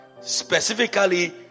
specifically